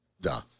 Duh